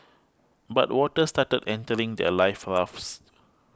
but water started entering their life rafts